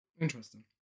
interesting